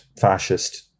fascist